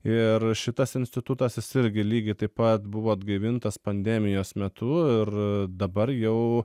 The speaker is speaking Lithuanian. ir šitas institutas jis irgi lygiai taip pat buvo atgaivintas pandemijos metu ir dabar jau